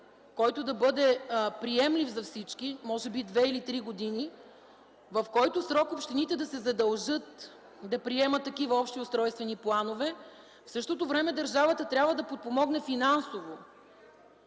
да се даде приемлив за всички срок – може би две или три години, в който срок общините да се задължат да приемат такива общи устройствени планове. В същото време държавата трябва да подпомогне финансово